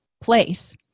place